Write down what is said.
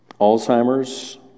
Alzheimer's